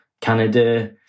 Canada